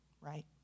right